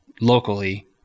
locally